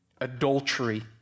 Adultery